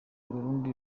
urundi